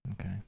Okay